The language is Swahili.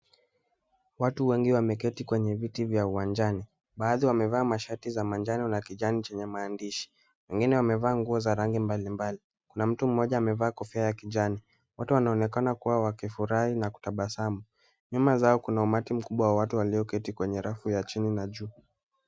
Watu wengi wameketi kwenye viti vya uwanjani. Baadhi wamevaa mashati za manjano na kijani chenye maandishi. Wengine wamevaa nguo za rangi mbali mbali. Kuna mtu mmoja amevaa kofia ya kijani. Watu wanaonekana kuwa wakifurahi na kutabasamu. Nyuma zao kuna umati mkubwa wote walioketi kwenye rafu ya chini na juu.